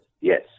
yes